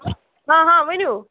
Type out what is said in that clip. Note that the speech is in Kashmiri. ہاں ہاں ؤنِو